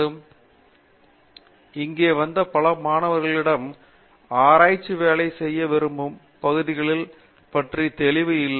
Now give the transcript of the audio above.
பேராசிரியர் பாபு விஸ்வநாத் இங்கு வந்த பல மாணவர்களிடம் ஆராய்ச்சி வேலை செய்ய விரும்பும் பகுதிகள் பற்றி தெளிவு இல்லை